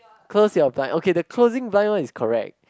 close your blind okay the closing blind one is correct